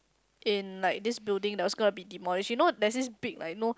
in like this building that was gonna be demolish you know there's this big like no